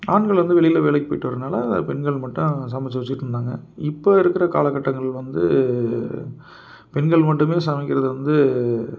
ஆண்கள் வந்து வெளியில வேலைக்கு போயிவிட்டு வரதுனால பெண்கள் மட்டும் தான் சமைச்சு வச்சுக்கிட்டு இருந்தாங்க இப்போ இருக்கிற காலகட்டங்கள் வந்து பெண்கள் மட்டுமே சமைக்கிறது வந்து